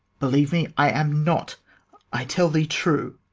believe me, i am not i tell thee true.